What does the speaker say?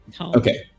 Okay